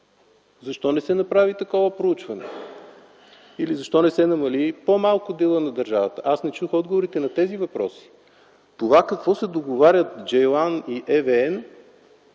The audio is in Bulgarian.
Защо не се направи такова проучване или защо не се намали, по-малко, делът на държавата? Аз не чух отговорите на тези въпроси. Това какво се договарят „Джейлан”